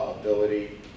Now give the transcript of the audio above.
ability